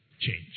change